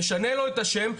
נשנה לו את השם,